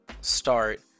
start